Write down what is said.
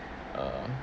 uh